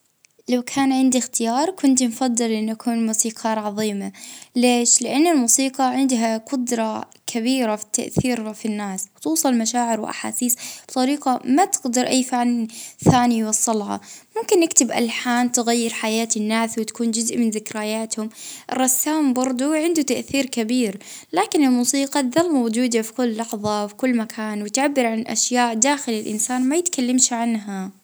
اه نختار أنها نكون رسام لان كل لوحة ممكن نرسمها أن تكون تحكي قصة يعني معينة.